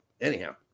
Anyhow